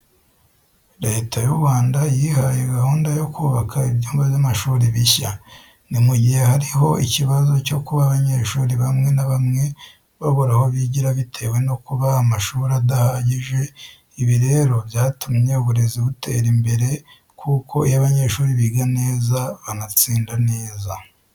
Leta y'u Rwanda yihaye gahunda yo kubaka ibyumba by'amashuri bishya. Ni mu gihe hari hariho ikibazo cyo kuba abanyeshuri bamwe na bamwe babura aho bigira bitewe no kuba amashuri adahagije. Ibi rero byatumye uburezi butera imbere kuko iyo abanyeshuri biga neza banatsinda neza.